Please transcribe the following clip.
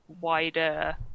wider